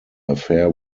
affair